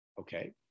Okay